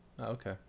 okay